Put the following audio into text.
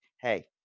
hey